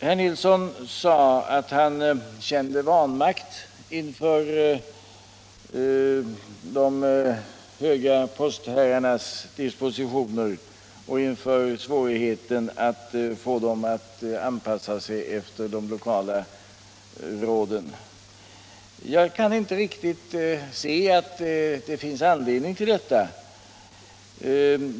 Herr Nilsson i Tvärålund sade att han kände vanmakt inför de höga postherrarnas dispositioner och inför svårigheten att få dem att anpassa sig efter de lokala råden. Jag kan inte se att det finns anledning till detta.